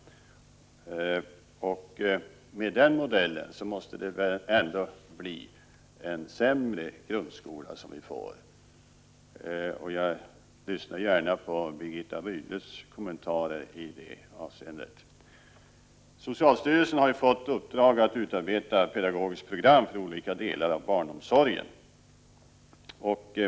Med den modellen måste vi väl ändå få en sämre grundskola. Jag lyssnar gärna till Birgitta Rydles kommentarer i det avseendet. Socialstyrelsen har ju fått i uppdrag att utarbeta pedagogiskt program för olika delar av barnomsorgen.